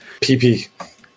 PP